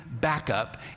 backup